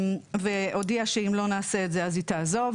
היא הודיעה שאם לא נעשה את זה, היא תעזוב.